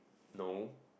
no